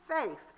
faith